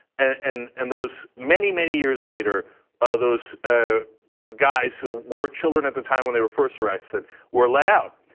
and and those many, many years later um those ah guys who were children at the time when they were first arrested were let out.